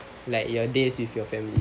like your days with your family